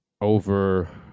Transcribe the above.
over